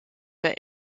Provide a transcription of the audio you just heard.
bei